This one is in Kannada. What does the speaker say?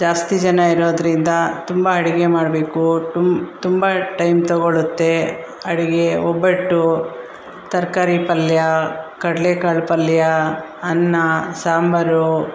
ಜಾಸ್ತಿ ಜನ ಇರೋದರಿಂದ ತುಂಬ ಅಡಿಗೆ ಮಾಡಬೇಕು ಟುಮ್ ತುಂಬ ಟೈಮ್ ತಗೊಳುತ್ತೆ ಅಡಿಗೆ ಒಬ್ಬಟ್ಟು ತರಕಾರಿ ಪಲ್ಯ ಕಡಲೆ ಕಾಳು ಪಲ್ಯ ಅನ್ನ ಸಾಂಬಾರು